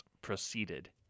proceeded